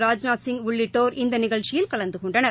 ராஜ்நாத் சிங் உள்ளிட்டோர் இந்த நிகழ்ச்சியில் கலந்து கொண்டனர்